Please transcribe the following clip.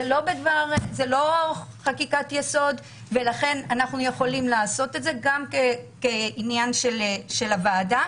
אין מדובר בחוק-יסוד ולכן אנחנו יכולים לעשות זאת גם כעניין של הוועדה,